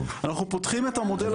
אנחנו פותחים את המודל הזה.